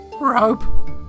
Rope